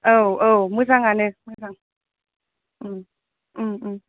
औ औ मोजाङानो मोजां ओम ओम